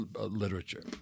literature